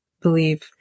believe